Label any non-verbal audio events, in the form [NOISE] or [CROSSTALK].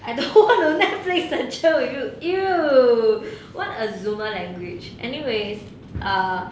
and [LAUGHS] open the netflix and chill with you !eww! what a zoomer language anyways err